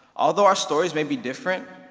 although our stories may be different,